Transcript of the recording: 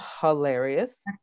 hilarious